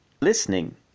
listening